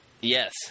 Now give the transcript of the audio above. Yes